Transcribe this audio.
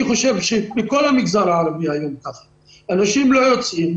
אני חושב שבכל המגזר הערבי היום כך אנשים לא יוצאים,